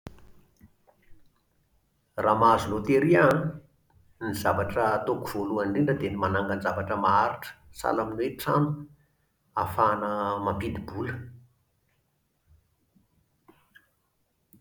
Raha mahazo loteria aho an, ny zavatra ataoko voalohany indrindra dia ny manangan-javatra maharitra. Sahala amin'ny hoe trano, ahafahana mampidi-bola